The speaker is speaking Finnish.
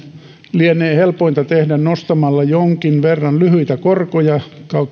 lienee helpointa tehdä nostamalla jonkin verran lyhyitä korkoja